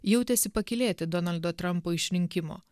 jautėsi pakylėti donaldo trampo išrinkimo